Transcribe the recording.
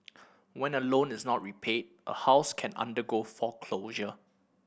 when a loan is not repaid a house can undergo foreclosure